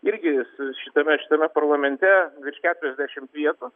irgi su šitame šitame parlamente virš keturiasdešim vietų